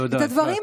תודה, אפרת.